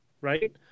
right